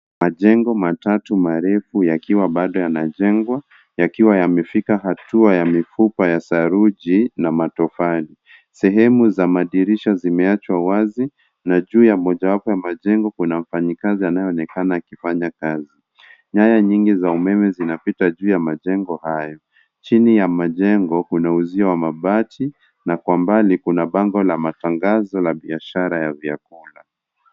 Majengo matatu marefu yakiwa bado yanajengwa, yakiwa yamefika hatua ya mifupa ya saruji na matofali. Sehemu za madirisha zimeachwa wazi na juu ya mojawapo ya majengo kuna mfanyikazi anayeonekana akifanya kazi. Nyaya nyingi za umeme zinapita juu ya majengo hayo. Chini ya majengo kuna uzio wa mabati na kwa mbali kuna bango la matangazo la biashara ya vyakula.